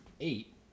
eight